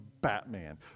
batman